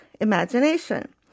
imagination